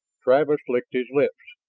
travis licked his lips.